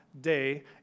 day